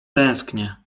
tęsknie